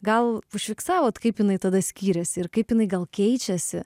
gal užfiksavot kaip jinai tada skyrėsi ir kaip jinai gal keičiasi